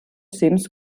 cims